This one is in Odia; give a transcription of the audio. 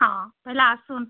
ହଁ ବେଲେ ଆସୁନ୍